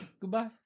Goodbye